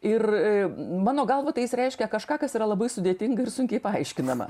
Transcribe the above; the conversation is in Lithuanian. ir mano galva tai jis reiškia kažką kas yra labai sudėtinga ir sunkiai paaiškinama